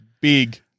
Big